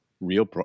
Real